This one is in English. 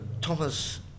Thomas